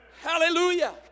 Hallelujah